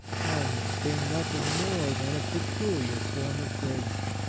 kindness being nothing more than a peculiar form of grace?